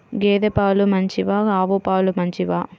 గేద పాలు మంచివా ఆవు పాలు మంచివా?